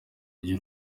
kabiri